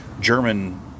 German